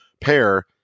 pair